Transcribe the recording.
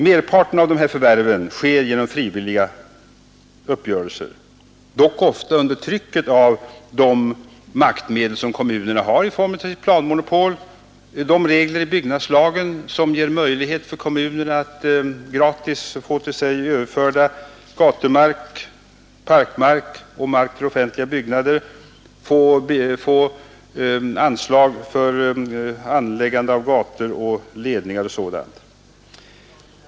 Merparten av dessa förvärv sker genom frivilliga uppgörelser, dock ofta under trycket av de maktmedel som kommunerna har i form av sitt planmonopol, genom de regler i byggnadslagen som ger möjligheter för kommunerna att gratis få till sig överförda gatumark, parkmark och mark för offentliga byggnader samt genom anslag för anläggande av gator, ledningar och sådant.